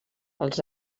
els